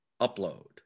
Upload